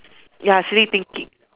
ya silly thinking